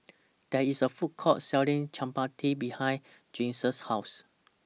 There IS A Food Court Selling Chapati behind Giselle's House